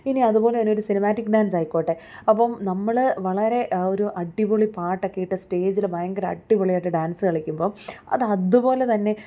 ഇനി അതുപോലെ തന്നെ ഒരു സിനിമാറ്റിക് ഡാൻസ് ആയിക്കോട്ടെ അപ്പം നമ്മൾ വളരെ ആ ഒരു അടിപൊളി പാട്ടൊക്കെ ഇട്ട് സ്റ്റേജിൽ ഭയങ്കര അടിപൊളി ആയിട്ട് ഡാൻസ് കളിക്കുമ്പം അത് അതുപോലെ തന്നെ